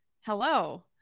Hello